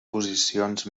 posicions